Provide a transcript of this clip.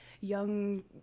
young